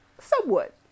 somewhat